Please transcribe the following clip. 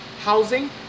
housing